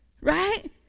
right